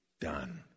done